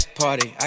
party